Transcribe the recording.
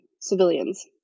civilians